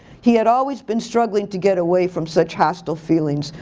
he had always been struggling to get away from such hostile feelings,